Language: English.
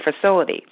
facility